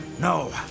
No